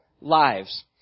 lives